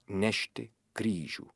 nešti kryžių